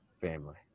family